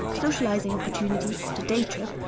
socialising opportunities, the day-trip,